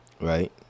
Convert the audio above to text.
right